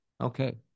Okay